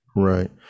right